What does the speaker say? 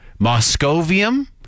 Moscovium